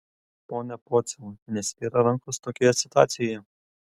pone pociau nesvyra rankos tokioje situacijoje